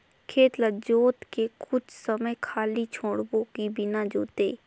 खेत ल जोत के कुछ समय खाली छोड़बो कि बिना जोते?